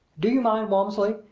do you mind, walmsley,